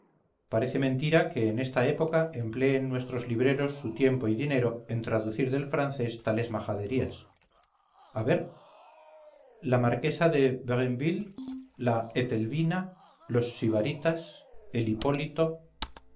parece mentira que en esta época empleen nuestros libreros su tiempo y dinero en traducir del francés tales majaderías a ver la marquesa de brainville la etelvina los sibaritas el hipólito